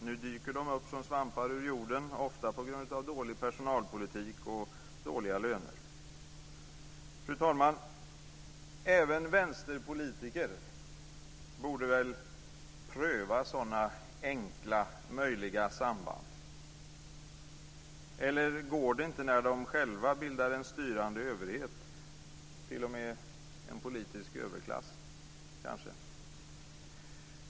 Nu dyker de upp som svampar ur jorden, ofta på grund av dålig personalpolitik och dåliga löner. Fru talman! Även vänsterpolitiker borde väl pröva sådana enkla möjliga samband. Eller går det inte när de själva bildar en styrande överhet, t.o.m. en politisk överklass, kanske?